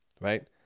right